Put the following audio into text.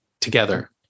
together